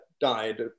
died